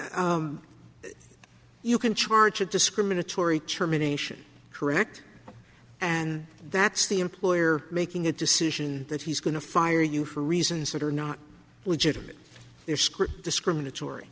much you can charge a discriminatory terminations correct and that's the employer making a decision that he's going to fire you for reasons that are not legitimate their script discriminatory